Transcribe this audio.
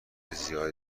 زیادی